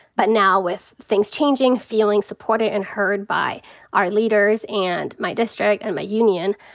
but now with things changing, feeling supported and heard by our leaders and my district and my union,